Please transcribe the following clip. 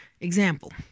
Example